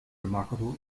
remarkable